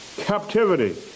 Captivity